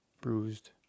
bruised